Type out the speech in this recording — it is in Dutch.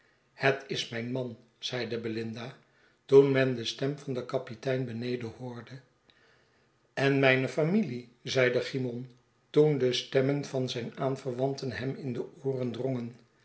het is mijn man zeide belinda toen men de stem van den kapitein beneden hoorde en mijne familie zeide cymon toen de stemmen van zijne aanverwanten hem in de ooren drongen